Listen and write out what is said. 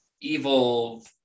evil